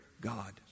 God